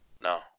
no